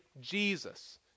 Jesus